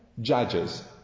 judges